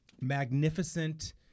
magnificent